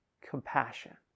compassion